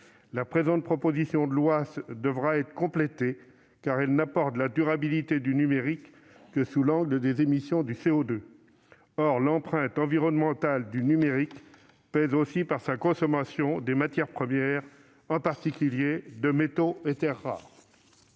La présente proposition de loi devra être complétée, car elle n'aborde la durabilité du numérique que sous l'angle des émissions de CO2. Or l'empreinte environnementale du numérique pèse aussi par sa consommation de matières premières, en particulier de métaux et de terres rares.